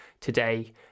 today